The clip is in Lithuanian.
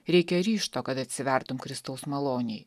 reikia ryžto kad atsivertum kristaus malonei